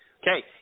Okay